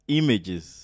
images